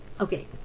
okay